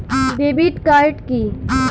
Debit card key?